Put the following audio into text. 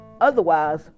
otherwise